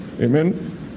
amen